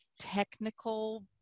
technical